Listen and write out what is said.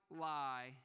lie